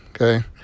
okay